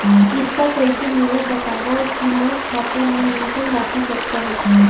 किरपा करके मोला बतावव कि मोर खाता मा न्यूनतम राशि कतना हे